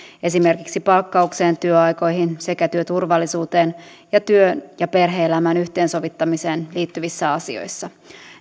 esimerkiksi palkkaukseen työaikoihin sekä työturvallisuuteen ja työn ja perhe elämän yhteensovittamiseen liittyvissä asioissa